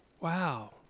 Wow